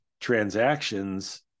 transactions